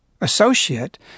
associate